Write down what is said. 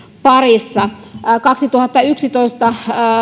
parissa vuonna kaksituhattayksitoista